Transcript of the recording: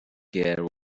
care